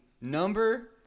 number